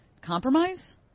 compromise